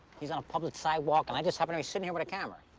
he's on a public sidewalk and i just happen to be sitting here with camera.